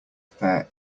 fair